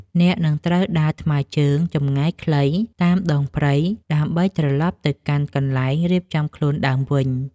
អ្នកនឹងត្រូវដើរថ្មើរជើងចម្ងាយខ្លីតាមដងព្រៃ ដើម្បីត្រឡប់ទៅកាន់កន្លែងរៀបចំខ្លួនដើមវិញ។